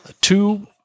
Two